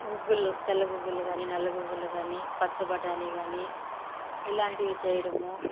గుగ్గిళ్ళు తెల్ల గుగ్గిళ్ళు కానీ నల్ల గుగ్గిళ్ళు కానీ పచ్చ బఠానీ కానీ ఇలాంటివి చేయడము